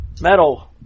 Metal